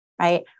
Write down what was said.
Right